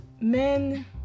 men